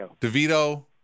DeVito